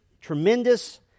tremendous